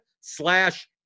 slash